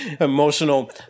emotional